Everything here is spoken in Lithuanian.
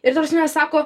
ir ta prasme sako